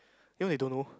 you know they don't know